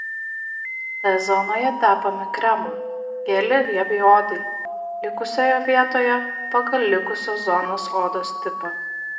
t zonoje tepame kremą gelį riebiai odai likusioje vietoje pagal likusios zonos odos tipą